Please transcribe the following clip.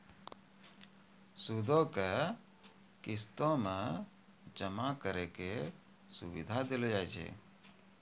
सूदो के किस्तो मे जमा करै के सुविधा देलो जाय छै